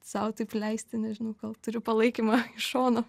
sau taip leisti nežinau kol turiu palaikymą iš šono